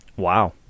wow